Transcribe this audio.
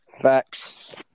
Facts